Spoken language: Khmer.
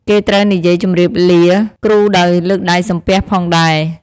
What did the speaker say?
គេត្រូវនិយាយជំរាបលាគ្រូដោយលើកដៃសំពះផងដែរ។